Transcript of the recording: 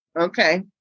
Okay